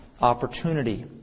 opportunity